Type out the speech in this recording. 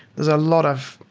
there's a lot of,